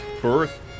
Birth